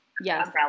yes